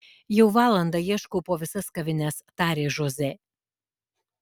jau valandą ieškau po visas kavines tarė žozė